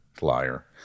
Liar